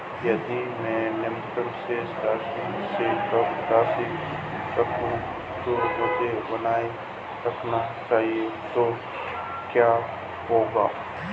यदि मैं न्यूनतम शेष राशि से कम राशि रखूं जो मुझे बनाए रखना चाहिए तो क्या होगा?